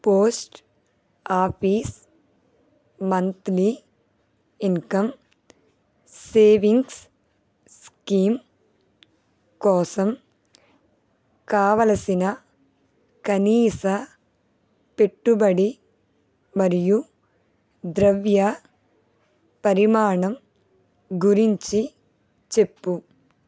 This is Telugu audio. post office monthly income savings scheme కోసం కావలసిన కనీస పెట్టుబడి మరియు ద్రవ్య పరిమాణం గురించి చెప్పు